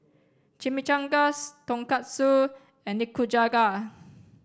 Chimichangas Tonkatsu and Nikujaga